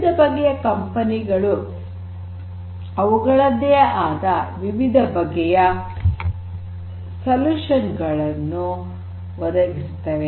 ವಿವಿಧ ಬಗೆಯ ಕಂಪನಿಗಳು ಅವುಗಳದ್ದೇ ಆದ ವಿವಿಧ ಬಗೆಯ ಪರಿಹಾರಗಳನ್ನು ಒದಗಿಸುತ್ತವೆ